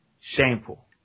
Shameful